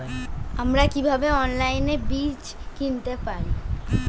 আমরা কীভাবে অনলাইনে বীজ কিনতে পারি?